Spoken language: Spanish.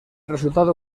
resultado